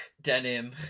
denim